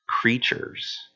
creatures